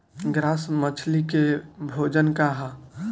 Grass मछली के भोजन का ह?